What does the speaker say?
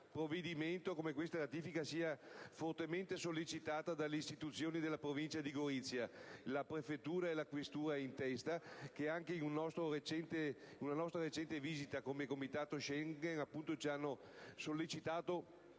sottolineare come questa ratifica sia fortemente richiesta dalle istituzioni della Provincia di Gorizia, prefettura e questura in testa, che anche in una nostra recente visita come Comitato Schengen hanno sollecitato